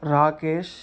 Rakesh